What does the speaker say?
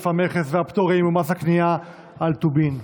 המכס והפטורים ומס קנייה על טובין.